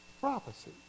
prophecy